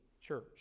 church